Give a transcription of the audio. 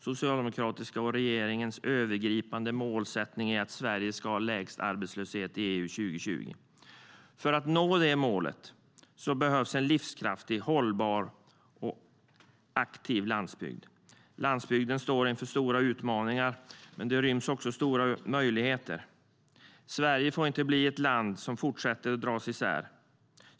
Socialdemokraternas och regeringens övergripande målsättning är att Sverige ska ha lägst arbetslöshet i EU år 2020. För att nå det målet behövs en livskraftig, hållbar och aktiv landsbygd. Landsbygden står inför stora utmaningar, men det ryms också stora möjligheter. Sverige får inte fortsätta att dras isär.